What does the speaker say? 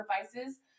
sacrifices